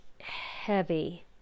heavy